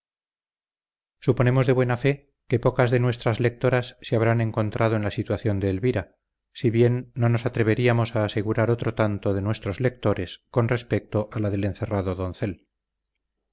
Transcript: suponemos de buena fe que pocas de nuestras lectoras se habrán encontrado en la situación de elvira si bien no nos atreveríamos a asegurar otro tanto de nuestros lectores con respecto a la del encerrado doncel